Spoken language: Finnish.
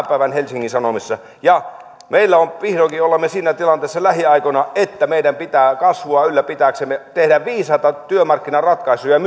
päivän helsingin sanomissa ja vihdoinkin olemme siinä tilanteessa lähiaikoina että meidän pitää kasvua ylläpitääksemme tehdä myös viisaita työmarkkinaratkaisuja